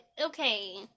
okay